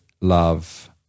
love